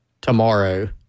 tomorrow